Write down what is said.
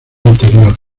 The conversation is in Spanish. anterior